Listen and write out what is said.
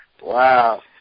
Wow